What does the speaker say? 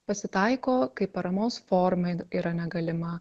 pasitaiko kai paramos forma yra negalima